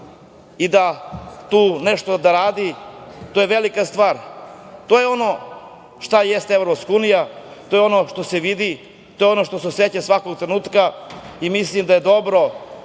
i tu nešto da radi. To je velika stvar. To je ono što jeste EU, to je ono što se vidi, to je ono što se oseća svakog trenutka. Mislim da je dobro